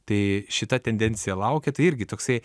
tai šita tendencija laukia tai irgi toksai